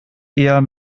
eher